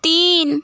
তিন